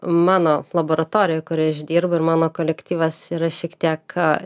mano laboratorijoj kurioj aš dirbu ir mano kolektyvas yra šiek tiek